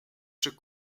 czy